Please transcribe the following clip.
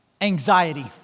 Anxiety